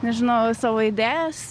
nežinau savo idėjas